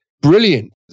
Brilliant